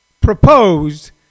proposed